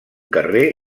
carrer